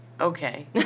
Okay